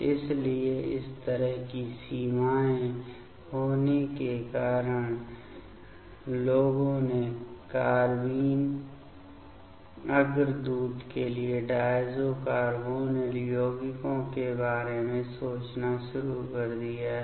इसलिए इस तरह की सीमाएं होने के कारण लोगों ने कार्बाइन अग्रदूत के लिए डायज़ो कार्बोनिल यौगिकों के बारे में सोचना शुरू कर दिया है